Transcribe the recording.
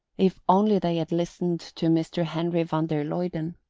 if only they had listened to mr. henry van der luyden.